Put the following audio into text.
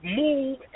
move